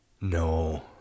No